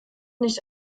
nicht